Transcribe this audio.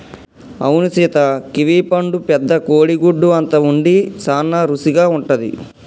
అవును సీత కివీ పండు పెద్ద కోడి గుడ్డు అంత ఉండి సాన రుసిగా ఉంటది